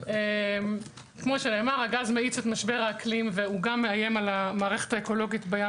כאמור הגז מאיץ את משבר האקלים וגם מאיים על המערכת האקולוגית בים